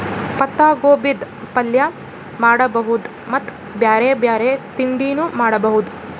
ಪತ್ತಾಗೋಬಿದ್ ಪಲ್ಯ ಮಾಡಬಹುದ್ ಮತ್ತ್ ಬ್ಯಾರೆ ಬ್ಯಾರೆ ತಿಂಡಿನೂ ಮಾಡಬಹುದ್